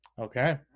Okay